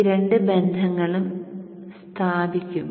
ഈ രണ്ട് ബന്ധങ്ങളും സ്ഥാപിക്കും